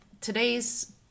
today's